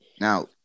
now